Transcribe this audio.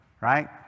right